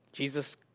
Jesus